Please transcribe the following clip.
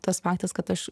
tas faktas kad aš